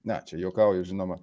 ne čia juokauju žinoma